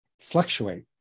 fluctuate